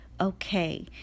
okay